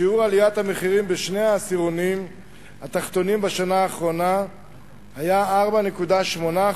שיעור עליית המחירים בשני העשירונים התחתונים בשנה האחרונה היה 4.8%,